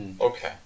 Okay